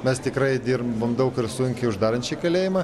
mes tikrai dirbom daug ir sunkiai uždarant šį kalėjimą